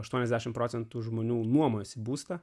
aštuoniasdešim procentų žmonių nuomojasi būstą